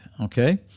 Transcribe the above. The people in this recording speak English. okay